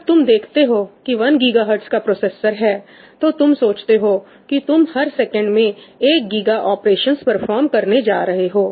जब तुम देखते हो कि 1 गीगाहर्टज का प्रोसेसर है तो तुम सोचते हो कि तुम हर सेकेंड में एक गीगा ऑपरेशंस परफॉर्म करने जा रहे हो